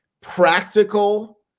practical